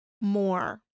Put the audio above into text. more